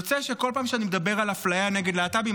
יוצא שכל פעם כשאני מדבר על אפליה נגד להט"בים,